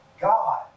God